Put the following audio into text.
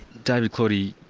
david claudie,